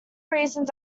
reasons